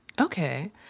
Okay